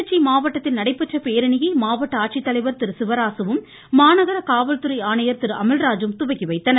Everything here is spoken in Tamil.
திருச்சி மாவட்டத்தில் நடைபெற்ற பேரணியை மாவட்ட ஆட்சித்தலைவர் திரு சிவராசுவும் மாநகர காவல்துறை ஆணையர் திரு அமல்ராஜும் துவக்கி வைத்தனர்